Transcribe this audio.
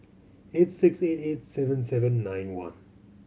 eight six eight eight seven seven nine one